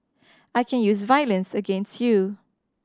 I can use violence against you